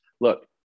Look